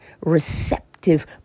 receptive